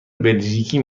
بلژیکی